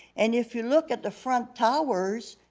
and if you look at the front towers,